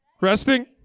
Resting